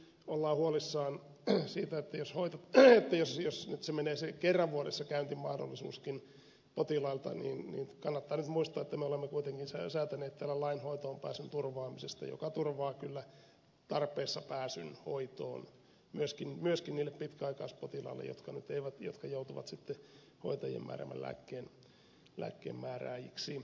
kun ollaan huolissaan siitä jos nyt menee se kerran vuodessa käyntimahdollisuuskin potilailta niin kannattaa nyt muistaa että me olemme kuitenkin säätäneet täällä lain hoitoonpääsyn turvaamisesta joka turvaa kyllä tarpeessa pääsyn hoitoon myöskin niille pitkäaikaispotilaille jotka joutuvat sitten hoitajien määräämän lääkkeen saajiksi